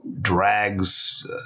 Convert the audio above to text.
Drags